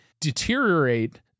deteriorate